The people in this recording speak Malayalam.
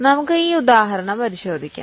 നമുക്ക് ഈ ഉദാഹരണം പരിശോധിക്കാം